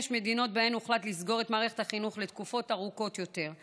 יש מדינות שבהן הוחלט לסגור את מערכת החינוך לתקופות ארוכות יותר.